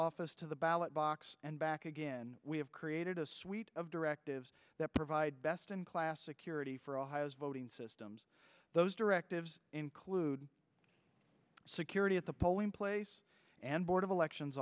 office to the ballot box and back again we have created a suite of directives that provide best in class security for ohio's voting systems those directives include security at the polling place and board of elections